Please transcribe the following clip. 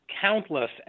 countless